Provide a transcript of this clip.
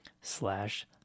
slash